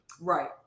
Right